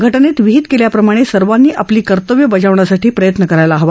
घटनेत विहित केल्या प्रमाणे सर्वांनी आ ली कर्तव्य बजावण्यासाठी प्रयत्न करायला हहवा